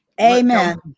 Amen